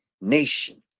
nation